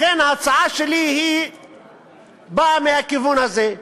לכן, ההצעה שלי באה מהכיוון הזה.